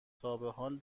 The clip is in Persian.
تابحال